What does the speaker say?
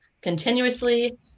continuously